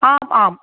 आम् आम्